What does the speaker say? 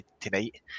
tonight